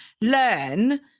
learn